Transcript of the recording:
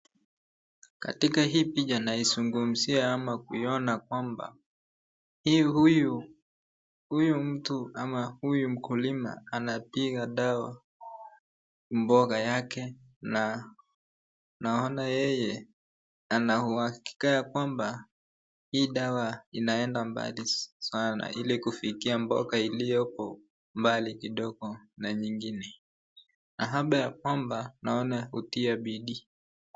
Katika hii picha naizungumzia ama kuirona kwamba huyu mtu ama huyu mkulima anapiga dawa mboga yake na tunaona yeye anauhakika ya kwamba hii dawa inaenda mbali sana ili kufikia mboga iliyo huko mbali kidogo na nyingine mahaba ya kwamba maana ya kutia bidii.